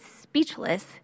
speechless